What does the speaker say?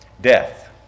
Death